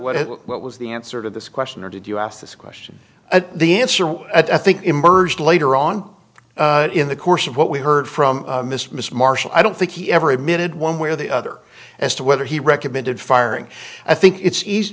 what what was the answer to this question or did you ask this question the answer i think emerged later on in the course of what we heard from mr or miss marshall i don't think he ever admitted one way or the other as to whether he recommended firing i think it's easy